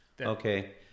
Okay